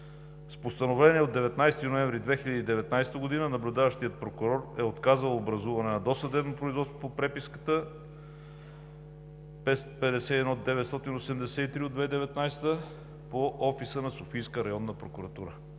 С Постановление от 19 ноември 2019 г. наблюдаващият прокурор е отказал образуване на досъдебно производство по преписка № 51983 от 2019 г. по описа на Софийска районна прокуратура.